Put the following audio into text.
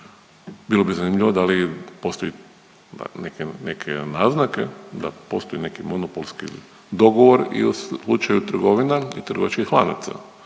Bilo bi zanimljivo da li postoji neke, neke naznake, da postoji neki monopolski dogovor i u slučaju trgovina i trgovačkih lanaca.